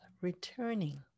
returning